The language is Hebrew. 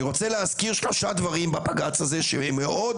ואני רוצה להזכיר שלושה דברים בבג"צ הזה שמאוד